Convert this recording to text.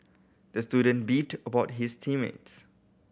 the student beefed about his team mates